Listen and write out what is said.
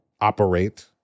operate